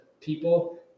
people